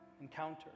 encounter